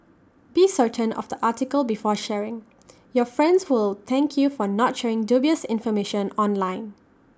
be certain of the article before sharing your friends will thank you for not sharing dubious information online